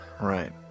Right